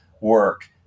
work